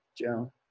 Joe